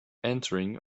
entering